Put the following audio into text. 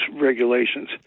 regulations